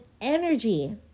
energy